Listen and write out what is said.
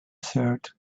shirt